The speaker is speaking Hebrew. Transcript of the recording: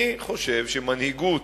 אני חושב שמנהיגות,